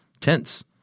tense